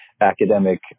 academic